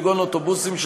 כגון אוטובוסים,